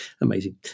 amazing